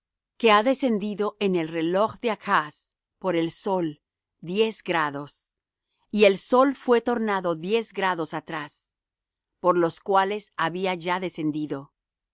que ha descendido en el reloj de achz por el sol diez grados y el sol fué tornado diez grados atrás por los cuales había ya descendido